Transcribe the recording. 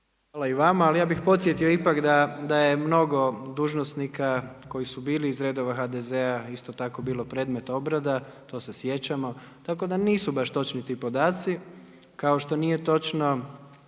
Hvala i vama ali ja bih podsjetio ipak da je mnogo dužnosnika koji su bili iz redova HDZ-a isto tako bilo predmet obrada, to se sjećamo. Tako da nisu baš točni ti podaci, kao što nije točno